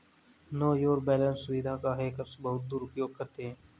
no your balance सुविधा का hackers बहुत दुरुपयोग करते हैं